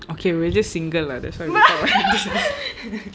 okay we're just single lah that's why we talk about this